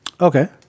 Okay